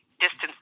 distance